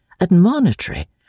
admonitory